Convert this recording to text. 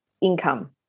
income